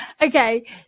Okay